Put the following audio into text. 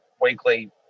weekly